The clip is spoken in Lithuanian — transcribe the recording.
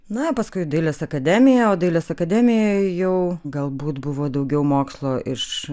na paskui dailės akademiją o dailės akademijoje jau galbūt buvo daugiau mokslo iš